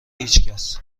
هیچکس